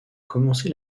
commencé